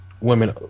women